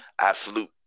absolute